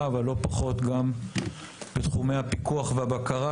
אבל לא פחות גם בתחומי הפיקוח והבקרה,